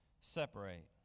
separate